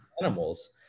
animals